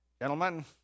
gentlemen